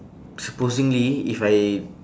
supposingly if I